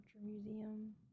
museum